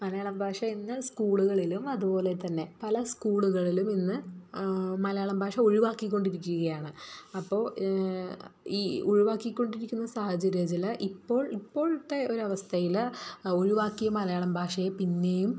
മലയാളം ഭാഷ ഇന്ന് സ്കൂള്കളിലും അതുപോലെ തന്നെ പല സ്കൂള്കളിലും ഇന്ന് മലയാളം ഭാഷ ഒഴിവാക്കിക്കൊണ്ടിരിക്കുകയാണ് അപ്പോൾ ഈ ഒഴിവാക്കിക്കൊണ്ടിരിക്കുന്ന സാഹചര്യത്തിൽ ഇപ്പോൾ ഇപ്പോഴത്തെ ഒരവസ്ഥയിൽ ഒഴിവാക്കിയ മലയാളം ഭാഷയെ പിന്നെയും